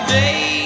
day